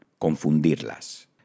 Confundirlas